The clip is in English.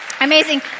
Amazing